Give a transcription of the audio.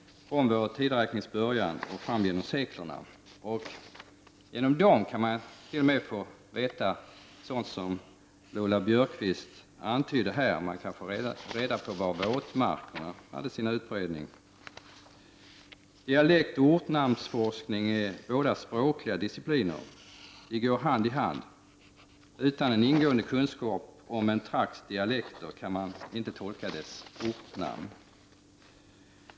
från vår tideräknings början och fram genom seklerna. Genom ortnamnen kan man t.o.m. få veta sådant som Lola Björkquist antydde, nämligen var våtmarkerna hade sin utbredning. Dialektoch ortnamnsforskning är båda språkliga discipliner. De går hand i hand. Utan en ingående kunskap om en trakts dialekter kan man inte tolka dess ortnamn.